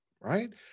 right